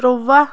ترواہ